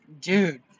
dude